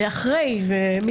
ואחרי זה,